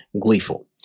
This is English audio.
gleeful